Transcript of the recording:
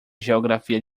geografia